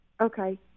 okay